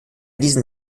diesen